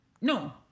no